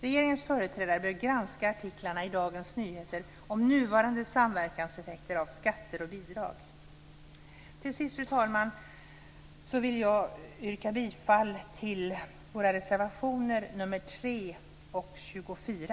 Regeringens företrädare bör granska artiklarna i Till sist, fru talman, vill jag yrka bifall till våra reservationer nr 3 och nr 24.